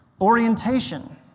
Orientation